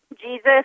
Jesus